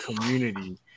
community